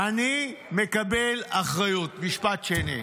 "אני מקבל אחריות" משפט שני.